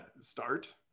Start